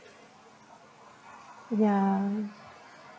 ya